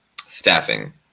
staffing